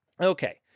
okay